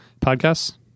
podcasts